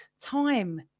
time